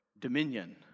dominion